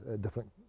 different